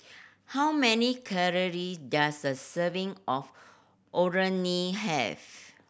how many calorie does a serving of Orh Nee have